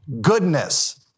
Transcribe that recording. goodness